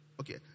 okay